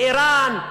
באיראן,